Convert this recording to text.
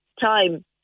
time